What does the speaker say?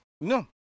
no